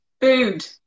food